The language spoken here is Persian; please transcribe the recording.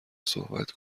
صحبت